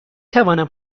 تونم